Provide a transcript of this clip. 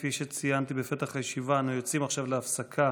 כפי שציינתי בפתח הישיבה, אנו יוצאים עכשיו להפסקה